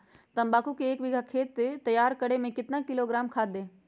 तम्बाकू के एक बीघा खेत तैयार करें मे कितना किलोग्राम खाद दे?